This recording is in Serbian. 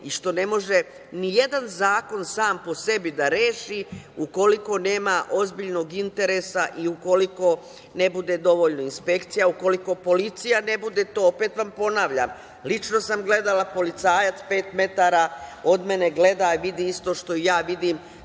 i što ne može ni jedan zakon, sam po sebi, da reši, ukoliko nema ozbiljnog interesa i ukoliko ne bude dovoljno inspekcija, ukoliko policija ne bude to… Opet vam ponavljam, lično sam gledala, policajac, pet metara od mene, gleda i vidi isto što i ja, vidim